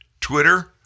Twitter